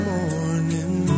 Morning